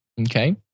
okay